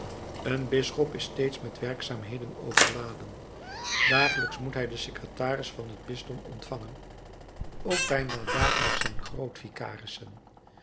een bisschop is steeds met werkzaamheden overladen dagelijks moet hij den secretaris van het bisdom ontvangen ook bijna dagelijks zijn